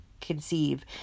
conceive